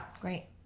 Great